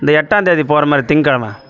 இந்த எட்டாம் தேதி போகிற மாதிரி திங்க கெழமை